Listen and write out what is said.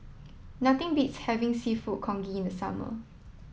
nothing beats having seafood congee in the summer